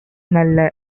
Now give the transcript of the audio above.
நல்ல